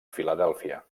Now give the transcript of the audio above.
filadèlfia